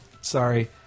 sorry